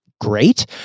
great